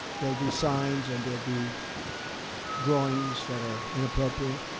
they'll do signs and they'll do drawings that are inappropriate.